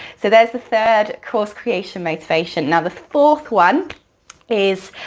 so there's the third course creation motivation. now the fourth one is